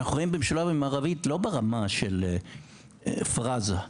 לא ברמה של פראזה.